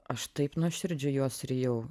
aš taip nuoširdžiai juos rijau